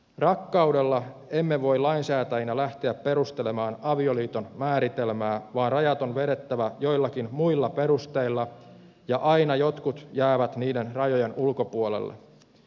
rakkaudella emme voi lainsäätäjinä lähteä perustelemaan avioliiton määritelmää vaan rajat on vedettävä joillakin muilla perusteilla ja aina jotkut jäävät niiden rajojen ulkopuolelle